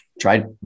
tried